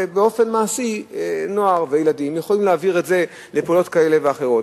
באופן מעשי נוער וילדים יכולים להעביר את זה לפעולות כאלה ואחרות.